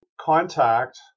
Contact